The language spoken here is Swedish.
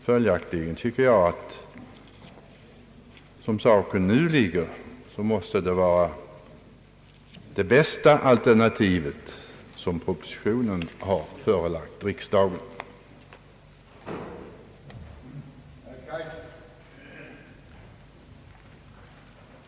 Följaktligen tycker jag att, som saken nu ligger till, måste det alternativ som propositionen har förelagt riksdagen vara det bästa.